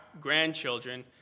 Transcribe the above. grandchildren